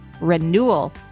renewal